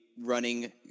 running